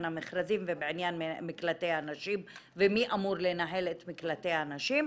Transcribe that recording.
המכרזים ובעניין מקלטי הנשים ומי אמור לנהל את מקלטי הנשים.